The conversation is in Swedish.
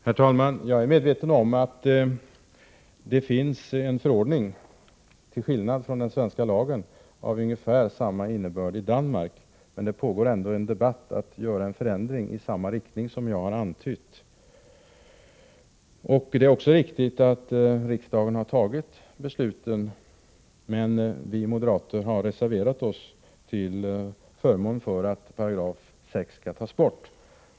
Herr talman! Jag är medveten om att det finns en förordning av ungefär samma innebörd i Danmark, men det pågår en debatt om ändringar i den riktning som jag antydde. Det är också riktigt att riksdagen har fattat beslut om bibehållande av 6 §, men vi moderater har reserverat oss till förmån för att 6 § skall avskaffas.